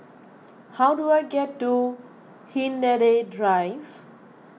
how do I get to Hindhede Drive